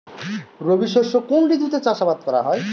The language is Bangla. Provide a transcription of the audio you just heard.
রবি শস্য কোন ঋতুতে চাষাবাদ করা হয়?